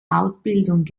ausbildung